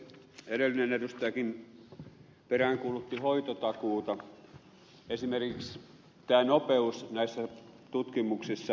edellinen edustajakin peräänkuulutti hoitotakuuta esimerkiksi tätä nopeutta näissä tutkimuksissa